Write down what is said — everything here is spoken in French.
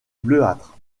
bleuâtre